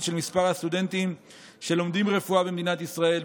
של מספר הסטודנטים שלומדים רפואה במדינת ישראל.